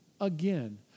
again